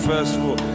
Festival